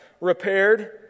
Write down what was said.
repaired